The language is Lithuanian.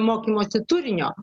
mokymosi turinio